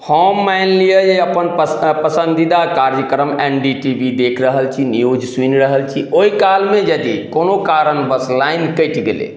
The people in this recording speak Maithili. हम मानि लिअ जे अपन पसन्दीदा कार्यक्रम एन डी टी वी देख रहल छी न्यूज सुनि रहल छी ओहि कालमे यदि कोनो कारणवश लाइन कटि गेलै